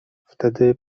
wtedy